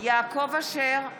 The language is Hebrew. יעקב אשר,